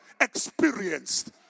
experienced